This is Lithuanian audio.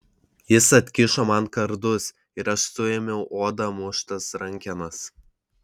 jis atkišo man kardus ir aš suėmiau oda muštas rankenas